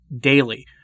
daily